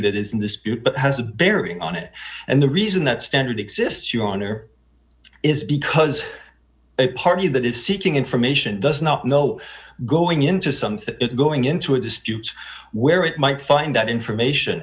that is in this has a bearing on it and the reason that standard exists your honor is because a party that is seeking information does not know going into something going into a dispute where it might find out information